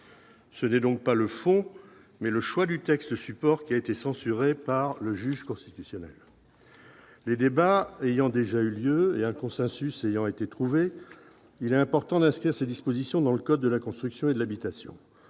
C'est donc non pas le fond, mais le choix du texte support qui a été censuré par le juge constitutionnel. Les débats ayant déjà eu lieu et un consensus ayant été trouvé, il est important d'inscrire ces dispositions dans le code de la construction et de l'habitation.